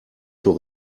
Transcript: zur